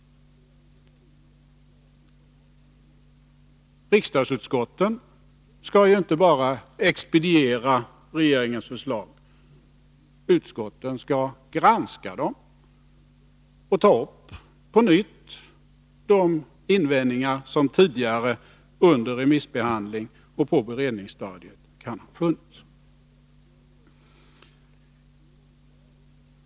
Riksdagsutskotten skall ju inte bara expediera regeringens förslag, utskotten skall granska dem och på nytt ta upp de invändningar som kan ha funnits tidigare under remissbehandlingen och på beredningsstadiet.